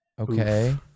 Okay